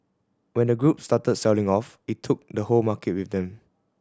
when the group started selling off it took the whole market with them